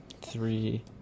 three